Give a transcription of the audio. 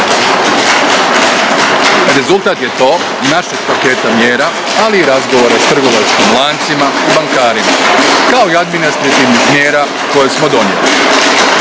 Rezultat je to našeg paketa mjera, ali i razgovora s trgovačkim lancima i bankarima, kao i administrativnih mjera koje smo donijeli.